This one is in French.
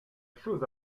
chose